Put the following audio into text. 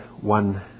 one